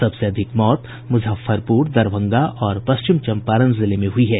सबसे अधिक मौत मुजफ्फरपुर दरभंगा और पश्चिम चंपारण जिले में हुई है